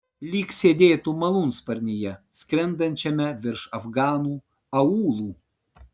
lyg sėdėtų malūnsparnyje skrendančiame virš afganų aūlų